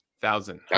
Thousand